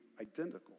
identical